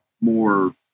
more